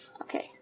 Okay